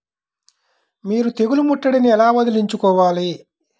మీరు తెగులు ముట్టడిని ఎలా వదిలించుకోవాలి?